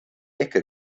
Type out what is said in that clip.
ecke